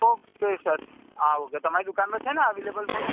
okay sir હા okay તમારી દુકાનમાં છે ને અવેલેબલ આ ફોન